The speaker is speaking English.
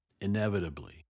inevitably